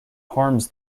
harms